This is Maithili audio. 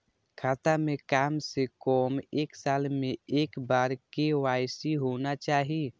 खाता में काम से कम एक साल में एक बार के.वाई.सी होना चाहि?